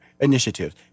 Initiatives